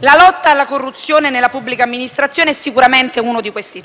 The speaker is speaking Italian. la lotta alla corruzione nella pubblica amministrazione è sicuramente uno di questi.